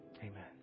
Amen